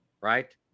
right